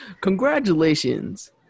Congratulations